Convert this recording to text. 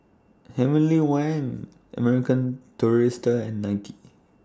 Heavenly Wang American Tourister and ninety